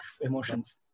emotions